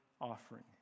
offering